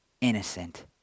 innocent